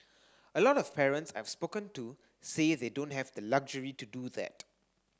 a lot of parents I've spoken to say they don't have the luxury to do that